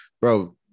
bro